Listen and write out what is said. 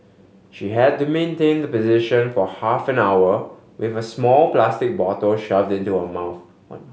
she had to maintain the position for half an hour with a small plastic bottle shoved into her mouth